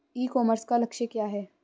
ई commerce का लक्ष्य क्या है?